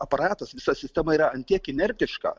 aparatas visa sistema yra ant tiek inertiška